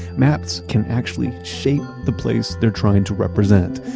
maps can actually shape the place they're trying to represent.